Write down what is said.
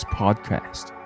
podcast